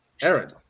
Aaron